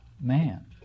man